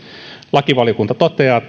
lakivaliokunta toteaa